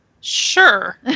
Sure